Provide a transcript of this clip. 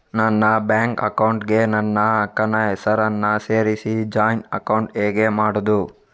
ನನ್ನ bank account ಗೆ ನನ್ನ ಅಕ್ಕ ನ ಹೆಸರನ್ನ ಸೇರಿಸಿ ಜಾಯಿನ್ ಅಕೌಂಟ್ ಹೇಗೆ ಮಾಡುದು?